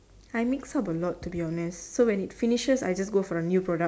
I mix up a lot to be honest so when it finishes I just go for the new product